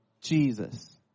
Jesus